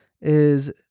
is-